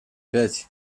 пять